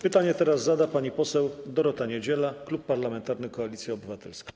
Pytanie zada pani poseł Dorota Niedziela, Klub Parlamentarny Koalicja Obywatelska.